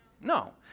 No